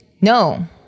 No